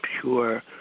pure